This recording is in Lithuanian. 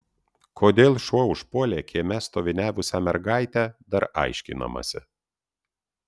kodėl šuo užpuolė kieme stoviniavusią mergaitę dar aiškinamasi